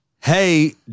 hey